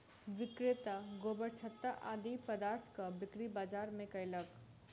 विक्रेता गोबरछत्ता आदि पदार्थक बिक्री बाजार मे कयलक